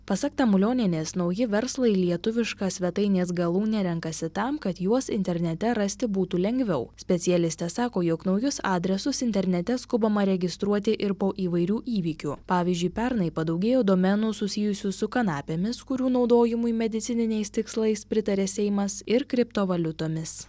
pasak tamulionienės nauji verslai lietuvišką svetainės galūnę renkasi tam kad juos internete rasti būtų lengviau specialistė sako jog naujus adresus internete skubama registruoti ir po įvairių įvykių pavyzdžiui pernai padaugėjo domenų susijusių su kanapėmis kurių naudojimui medicininiais tikslais pritarė seimas ir kriptovaliutomis